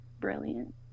Brilliant